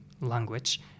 language